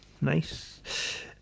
nice